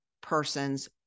person's